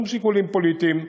משום שיקולים פוליטיים,